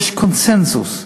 יש קונסנזוס.